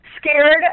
scared